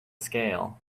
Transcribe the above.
scale